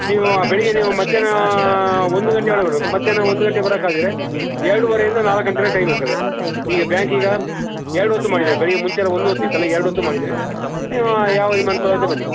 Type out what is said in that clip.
ನೀವು ಬೆಳಿಗ್ಗೆ ನೀವು ಮಧ್ಯಾಹ್ನ ಒಂದು ಗಂಟೆ ಒಳಗೆ ಬರಬೇಕು ಮಧ್ಯಾಹ್ನ ಒಂದು ಗಂಟೆಗೆ ಬರೋಕಾಗದಿದ್ರೆ ಎರಡುವರೆಯಿಂದ ನಾಲ್ಕು ಗಂಟೆವರೆಗೆ ಟೈಮ್ ಇರ್ತದೆ ಈಗ ಬ್ಯಾಂಕ್ ಈಗ ಎರಡು ಹೊತ್ತು ಮಾಡಿದ್ದೇವೆ ಬೆಳಿಗ್ಗೆ ಮುಂಚೆ ಎಲ್ಲ ಒಂದು ಹೊತ್ತು ಇತ್ತಲ್ಲ ಈಗ ಎರಡು ಹೊತ್ತು ಮಾಡಿದ್ದೇವೆ ನೀವು ಯಾವಾಗ ನಿಮ್ಗೆ ಅನುಕೂಲ ಆಗ್ತದೆ ಬನ್ನಿ